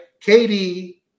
KD